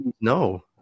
no